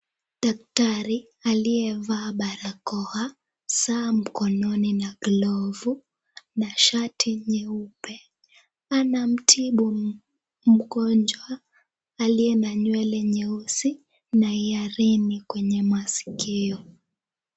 Daktari aliyevaa barakoa, saa mkononi na glovu na shati nyeupe, anamtibu mgonjwa aliye na nywele nyeusi na herini kwenye maskio.